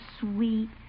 sweet